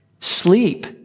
Sleep